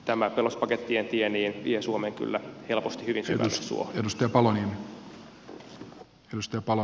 tämä pelastuspakettien tie vie suomen kyllä helposti hyvin syvälle suohon